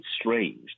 strange